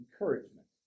Encouragement